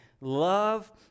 Love